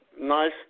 Nice